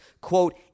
quote